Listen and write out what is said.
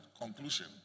conclusion